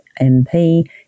MP